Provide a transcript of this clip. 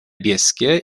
bieskie